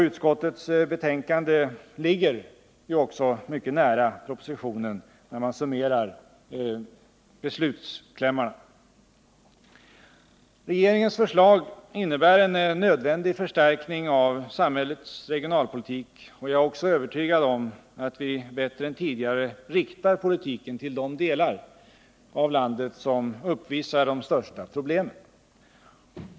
Utskottets betänkande ligger också mycket nära propositionen när man summerar beslutsklämmarna. Regeringens förslag innebär en nödvändig förstärkning av samhällets regionalpolitik, och jag är också övertygad om att vi bättre än tidigare riktar politiken till de delar av landet som uppvisar de största problemen.